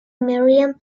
miriam